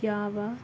ಯಾವ